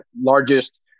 largest